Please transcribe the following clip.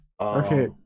okay